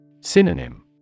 Synonym